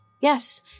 Yes